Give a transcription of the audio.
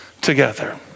together